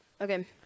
okay